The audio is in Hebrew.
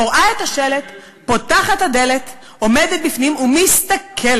קוראה את השלט, פותחת הדלת, עומדת בפנים ומסתכלת.